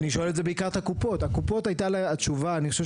אני שואל בעיקר את הקופות והתשובה שלהם אני חושב